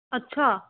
अच्छा